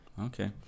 okay